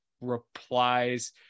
replies